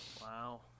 wow